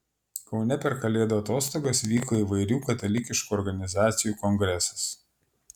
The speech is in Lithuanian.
kaune per kalėdų atostogas vyko įvairių katalikiškų organizacijų kongresas